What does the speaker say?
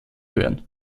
hören